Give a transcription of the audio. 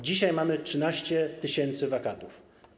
Dzisiaj mamy 13 tys. wakatów.